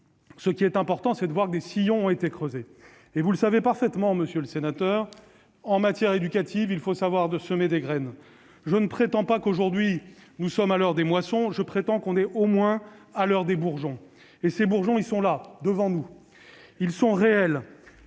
aujourd'hui, est de voir que des sillons ont été creusés. Vous le savez parfaitement, monsieur le sénateur : en matière éducative, il faut savoir semer des graines. Je ne prétends pas que nous sommes à l'heure des moissons ; je prétends que nous sommes au moins à l'heure des bourgeons. Et ces bourgeons sont là, devant nous : ils sont réels.